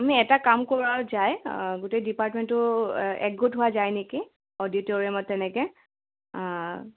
আমি এটা কাম কৰা যায় গোটেই ডিপাৰ্টমেণ্টটো একগোট হোৱা যায় নেকি অডিউটৰিয়ামত তেনেকৈ অঁ